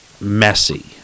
messy